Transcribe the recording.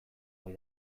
ohi